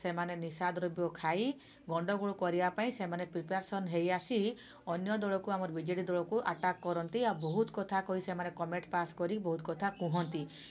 ସେମାନେ ନିଶାଦ୍ରବ୍ୟ ଖାଇ ଗଣ୍ଡଗୋଳ କରିଆପାଇଁ ସେମାନେ ପ୍ରିପେୟାରେସନ୍ ହେଇଆସି ଅନ୍ୟ ଦଳକୁ ଆମର ବିଜେଡ଼ି ଦଳକୁ ଆଟାକ୍ କରନ୍ତି ଆଉ ବହୁତ କଥା କହି ସେମାନେ କମେଣ୍ଟ୍ ପାସ୍ କରି ବହୁତ କଥା କହନ୍ତି